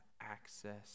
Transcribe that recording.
access